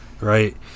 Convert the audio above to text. right